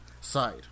side